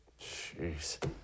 Jeez